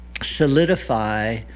solidify